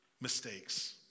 mistakes